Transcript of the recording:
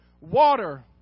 water